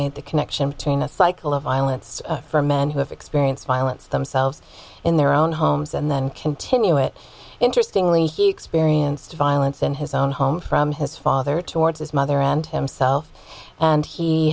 made the connection between a cycle of violence from men who have experienced violence themselves in their own homes and then continue it interestingly he experienced violence in his own home from his father towards his mother and himself and he